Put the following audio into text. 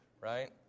right